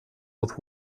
with